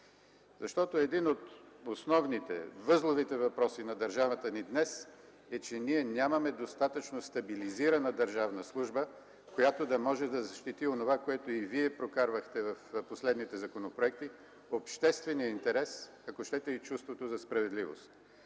за това. Един от основните, възловите въпроси на държавата ни днес, е, че нямаме достатъчно стабилизирана държавна служба, която да може да защити онова, което и Вие прокарвахте в последните законопроекти – обществения интерес, ако щете и чувството за справедливост.